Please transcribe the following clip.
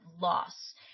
loss